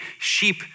sheep